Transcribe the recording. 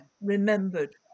remembered